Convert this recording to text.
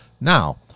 now